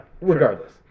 Regardless